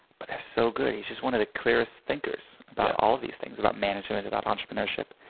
but they're so good. he's just one of the clearest thinkers about all of these things about management, about entrepreneurship.